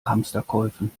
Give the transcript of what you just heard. hamsterkäufen